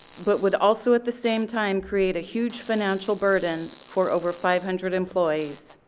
but would also at the same time create a huge financial burden for over five hundred employees.